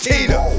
Tina